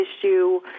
issue